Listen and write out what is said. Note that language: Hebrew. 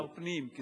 כשר פנים,